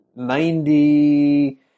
Ninety